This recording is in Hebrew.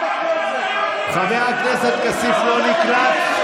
חבר הכנסת כסיף, לא נקלט?